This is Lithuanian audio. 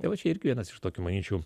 jau čia irgi vienas iš tokių manyčiau